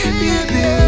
baby